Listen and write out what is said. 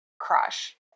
crush